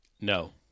No